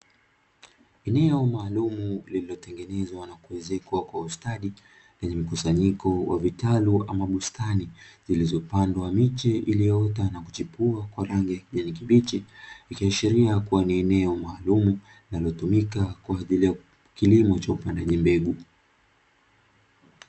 Eneo maalumu limetengenezwa na kuezekwa kwa ustadi lenye mikusanyiko wa vitalu ama bustani, zilizopandwa miche iliyoota na kuchipua kwa rangi ya kijani kibichi, ikiashiria ya kuwa ni eneo maalumu linalotumika kwa ajili ya kilimo cha upandaji mbegu.